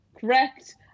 Correct